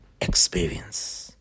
experience